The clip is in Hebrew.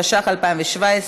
התשע"ח 2017,